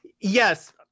yes